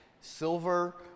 Silver